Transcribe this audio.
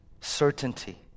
certainty